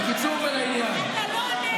בקיצור ולעניין,